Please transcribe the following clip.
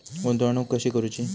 गुंतवणूक कशी करूची?